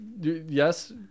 yes